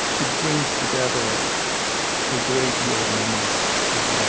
it brings together a great deal of memories of